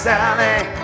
Sally